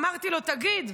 אמרתי לו: תגיד,